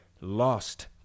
lost